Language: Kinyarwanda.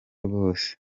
rwose